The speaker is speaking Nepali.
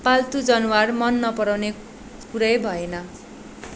पाल्तु जनवार मन नपराउने कुरै भएन